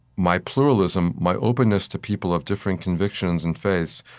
my pluralism, my openness to people of different convictions and faiths,